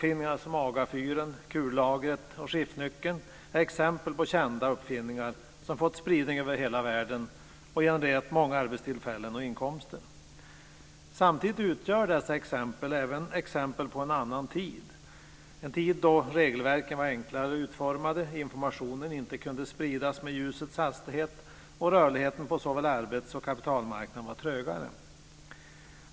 AGA-fyren, kullagret och skiftnyckeln är exempel på kända uppfinningar som har fått spridning över hela världen och gett många arbetstillfällen och inkomster. Samtidigt utgör dessa exempel även exempel på en annan tid. Det var en tid när regelverken var enklare utformade, informationen inte kunde spridas med ljusets hastighet och rörligheten på såväl arbets och kapitalmarknaden var trögare.